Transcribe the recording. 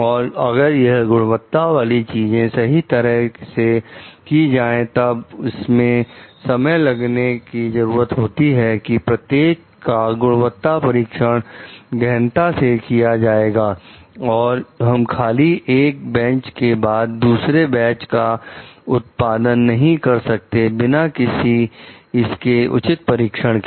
और अगर यह गुणवत्ता वाली चीजें सही तरह से की जाए तब इसमें समय लगाने की जरूरत होती है की प्रत्येक का गुणवत्ता परीक्षण गहनता से किया जाए और हम खाली एक बैच के बाद दूसरा बैच का उत्पादन नहीं कर सकते बिना किसी इसके उचित परीक्षण के